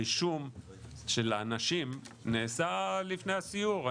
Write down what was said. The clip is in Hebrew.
הרישום של האנשים נעשה לפני הסיור.